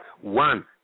One